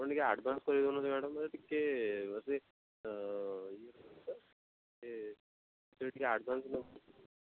ଆପଣ ଟିକିଏ ଆଡ଼୍ଭାନ୍ସ କରି ଦେଉନାହାନ୍ତି ମାଡ଼ାମ୍ ମୋତେ ଟିକିଏ ମୋତେ ଇଏ ସେ ଏଥିରେ ଟିକିଏ ଆଡ଼୍ଭାନ୍ସ